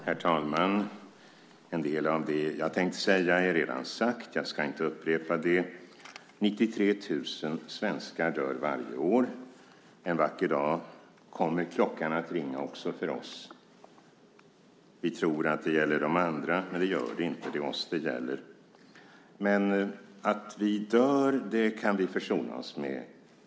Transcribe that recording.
Herr talman! En del av det som jag tänkte säga är redan sagt, och jag ska inte upprepa det. 93 000 svenskar dör varje år. En vacker dag kommer klockan att ringa också för oss. Vi tror att det gäller de andra, men det gör det inte. Det är oss det gäller. Men att vi dör kan vi försona oss med.